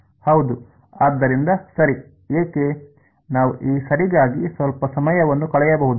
ಹೌದು ಆದ್ದರಿಂದ ಸರಿ ಏಕೆ ನಾವು ಈ ಸರಿಗಾಗಿ ಸ್ವಲ್ಪ ಸಮಯವನ್ನು ಕಳೆಯಬಹುದು